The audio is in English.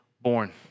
born